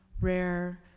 rare